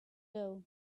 doe